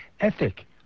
ethic